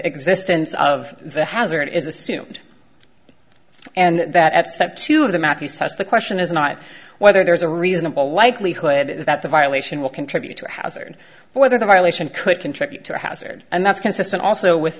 existence of the hazard is assumed and that at step two of the math he says the question is not whether there is a reasonable likelihood that the violation will contribute to a hazard whether the violation could contribute to a hazard and that's consistent also with